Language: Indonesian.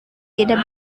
tidak